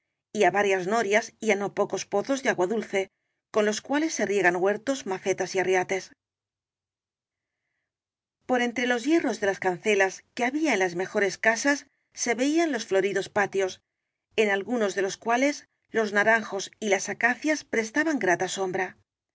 á varias norias y á no pocos pozos de agua dulce con los cuales se riegan huer tos macetas y arriates por entre los hierros de las cancelas que había en las mejores casas se veían los floridos patios en algunos de los cuales los naranjos y las acacias prestaban grata sombra